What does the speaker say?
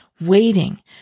waiting